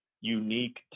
unique